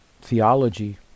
Theology